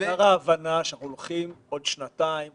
--- בעיקר ההבנה שאנחנו הולכים עוד שנתיים,